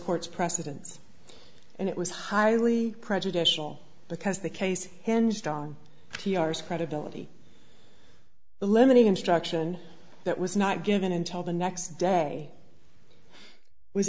court's precedents and it was highly prejudicial because the case hinged on t r s credibility eliminate instruction that was not given until the next day was